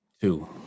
Two